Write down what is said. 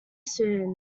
soon